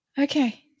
Okay